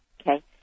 okay